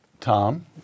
Tom